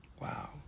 Wow